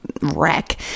wreck